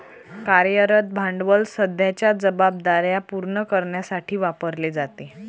कार्यरत भांडवल सध्याच्या जबाबदार्या पूर्ण करण्यासाठी वापरले जाते